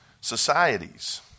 societies